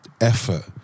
effort